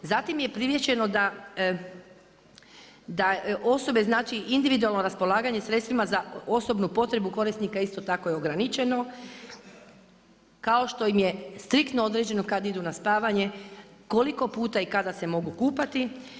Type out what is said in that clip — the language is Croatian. Zatim je primijećeno da osobe, znači individualno raspolaganje sredstvima za osobnu potrebu korisnika isto tako je ograničeno kao što im je striktno određeno kad idu na spavanje, koliko puta i kada se mogu kupati.